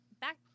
back